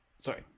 sorry